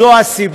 לא זאת הסיבה.